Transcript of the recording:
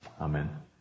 Amen